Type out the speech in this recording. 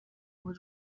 ubu